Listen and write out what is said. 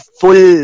full